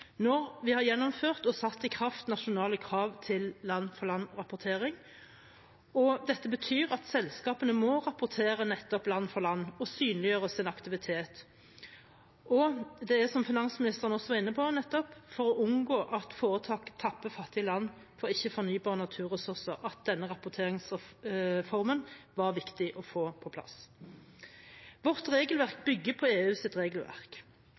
når vi har gjennomført og satt i kraft nasjonale krav til land-for-land-rapportering, og dette betyr at selskapene må rapportere nettopp land for land og synliggjøre sin aktivitet. Det er – som finansministeren også var inne på nettopp – for å unngå at foretak tapper fattige land for ikke-fornybare naturressurser at denne rapporteringsformen var viktig å få på plass. Vårt regelverk bygger på EUs regelverk. Det er ikke unaturlig at vi harmoniserer oss med EU,